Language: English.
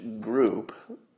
group